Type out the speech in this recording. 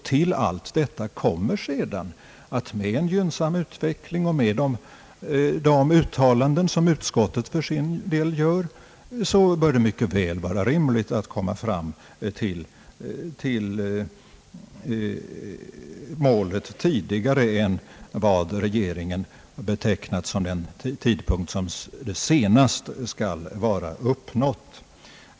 Till detta kommer sedan att det med en gynnsam utveckling och med de uttalanden som utskottet för sin del gör mycket väl bör vara rimligt att uppnå målet tidigare än vid den tidpunkt då målet enligt regeringen senast skulle vara uppnått.